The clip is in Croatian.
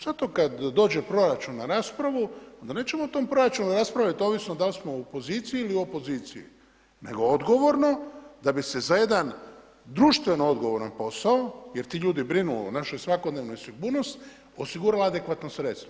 Zato kad dođe proračun na raspravu onda nećemo o tom proračunu raspravljati ovisno da li smo u poziciji ili opoziciji, nego odgovorno da bi se za jedan društveno odgovoran posao, jer ti ljudi brinu o našoj svakodnevnoj sigurnosti osigurali adekvatna sredstva.